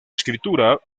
escritura